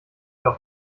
doch